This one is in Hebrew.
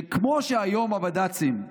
זה כמו שהיום הבד"צים,